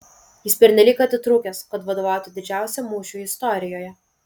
jis pernelyg atitrūkęs kad vadovautų didžiausiam mūšiui istorijoje